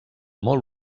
molt